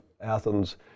Athens